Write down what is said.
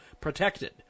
Protected